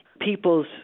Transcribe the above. People's